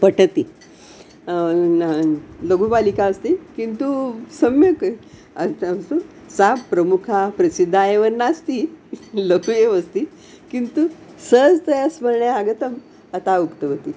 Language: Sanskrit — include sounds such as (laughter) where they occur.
पठति लघुबालिका अस्ति किन्तु सम्यक् (unintelligible) सा प्रमुखा प्रसिद्धा एव नास्ति लघ्वी एव अस्ति किन्तु सहजतया स्मरणे आगतम् अतः उक्तवती